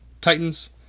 Titans